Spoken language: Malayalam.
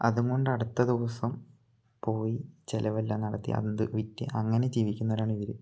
അതുകൊണ്ട് അടുത്ത ദിവസം പോയി ചെലവെല്ലാം നടത്തി അന്ത് വിറ്റ് അങ്ങനെ ജീവിക്കുന്നവരാണ് ഇവര്